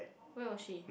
where was she